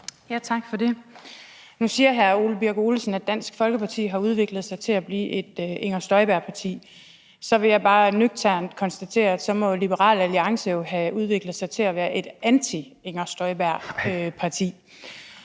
(V): Tak for det. Nu siger hr. Ole Birk Olesen, at Dansk Folkeparti har udviklet sig til at blive et Inger Støjberg-parti. Så vil jeg bare nøgternt konstatere, at så må Liberal Alliance jo have udviklet sig til at være et anti-Inger Støjberg-parti.